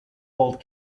old